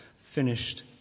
finished